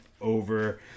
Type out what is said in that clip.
over